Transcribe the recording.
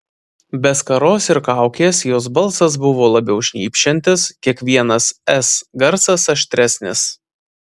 be skaros ir kaukės jos balsas buvo labiau šnypščiantis kiekvienas s garsas aštresnis